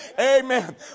Amen